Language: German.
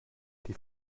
die